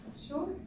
Sure